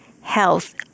Health